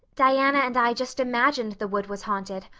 diana and i just imagined the wood was haunted.